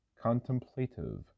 Contemplative